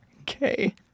Okay